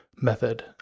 method